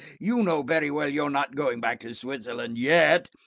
you know very well you're not going back to switzerland yet.